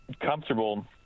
comfortable